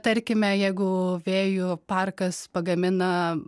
tarkime jeigu vėjų parkas pagamina